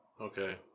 Okay